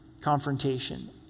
confrontation